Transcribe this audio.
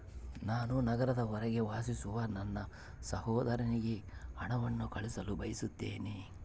ನಾನು ನಗರದ ಹೊರಗೆ ವಾಸಿಸುವ ನನ್ನ ಸಹೋದರನಿಗೆ ಹಣವನ್ನು ಕಳುಹಿಸಲು ಬಯಸುತ್ತೇನೆ